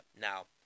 Now